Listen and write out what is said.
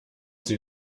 sie